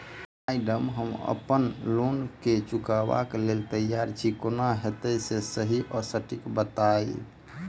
Madam हम अप्पन loan केँ चुकाबऽ लैल तैयार छी केना हएत जे सही आ सटिक बताइब?